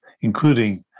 including